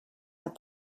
have